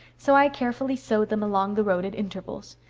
so i carefully sowed them along the road at intervals.